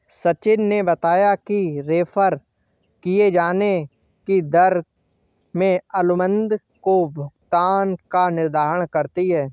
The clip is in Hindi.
सचिन ने बताया कि रेफेर किये जाने की दर में अनुबंध में भुगतान का निर्धारण करती है